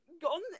gone